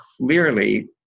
clearly